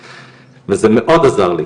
וזה מאוד עזר לי.